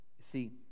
See